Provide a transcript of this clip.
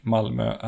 Malmö